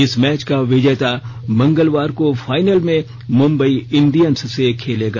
इस मैच का विजेता मंगलवार को फाइनल में मुंबई इंडियन्स से खेलगा